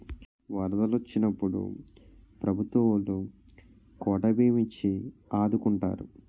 వరదలు వొచ్చినప్పుడు ప్రభుత్వవోలు కోటా బియ్యం ఇచ్చి ఆదుకుంటారు